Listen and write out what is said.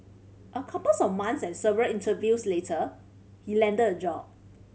a couples of months and several interviews later he landed a job